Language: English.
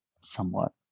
somewhat